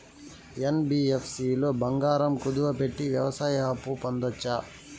NBFC లో బంగారం కుదువు పెట్టి వ్యవసాయ అప్పు పొందొచ్చా?